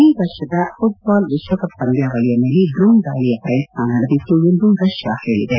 ಈ ವರ್ಷದ ಘುಟ್ಪಾಲ್ ವಿಶ್ವಕಪ್ ಪಂದ್ಯಾವಳಿಯ ಮೇಲೆ ಡ್ರೋನ್ ದಾಳಿಯ ಪ್ರಯತ್ನ ನಡೆದಿತ್ತು ಎಂದು ರಷ್ಯಾ ಹೇಳಿದೆ